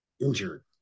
injured